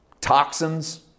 toxins